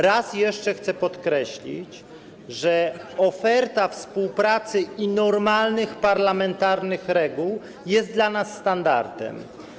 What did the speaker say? Raz jeszcze chcę podkreślić, że oferta współpracy i normalnych parlamentarnych reguł jest dla nas standardem.